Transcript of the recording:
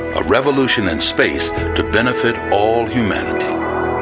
a revolution in space to benefit all humanity.